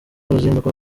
ruzinduko